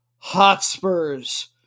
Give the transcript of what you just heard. Hotspurs